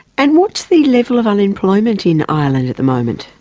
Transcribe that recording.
and what's the level of unemployment in ireland at the moment?